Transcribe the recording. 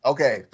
Okay